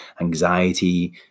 anxiety